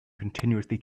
continuously